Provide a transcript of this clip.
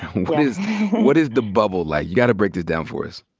what is what is the bubble like? you gotta break this down for us.